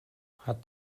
hat